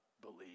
believe